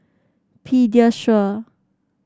Pediasure